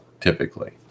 typically